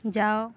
ଯାଅ